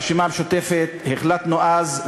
אנחנו ברשימה המשותפת החלטנו אז,